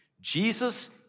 Jesus